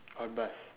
what bus